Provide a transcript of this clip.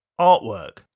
artwork